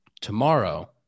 tomorrow